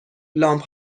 لامپ